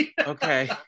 Okay